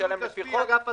הסכום הזה הוא בתפר בכל